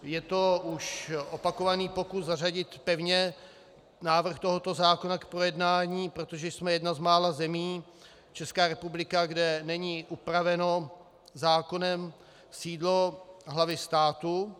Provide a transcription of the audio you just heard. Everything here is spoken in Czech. Je to už opakovaný pokus zařadit pevně návrh tohoto zákona k projednání, protože jsme jedna z mála zemí, Česká republika, kde není upraveno zákonem sídlo hlavy státu.